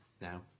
now